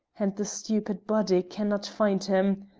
and the stupid body cannot find him!